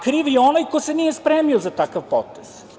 Kriv je onaj ko se nije spremio za takav potez.